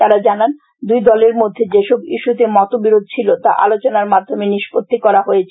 তারা জানান দুই দলের মধ্যে যে সব ইস্যুতে মত বিরোধ ছিলো তা আলোচনার মাধ্যমে নিস্পত্তি করা হয়েছে